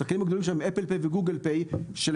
השחקנים הגדולים שם הם "אפל פיי" ו"גוגל פיי",